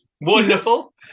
Wonderful